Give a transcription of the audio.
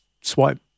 swipe